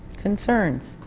concerns?